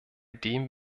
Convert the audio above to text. dem